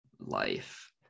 life